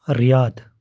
Riyadh